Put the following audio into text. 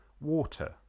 water